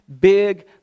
big